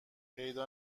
پیدا